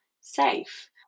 safe